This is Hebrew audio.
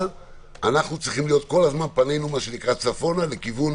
אבל כל הזמן פנינו צריכים להיות צפונה לכיוון